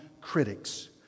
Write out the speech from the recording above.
critics